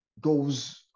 goes